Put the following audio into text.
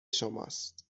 شماست